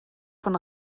von